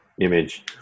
image